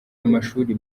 amashuri